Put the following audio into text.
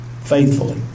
faithfully